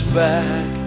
back